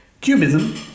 cubism